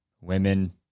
women